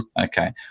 Okay